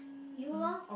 you loh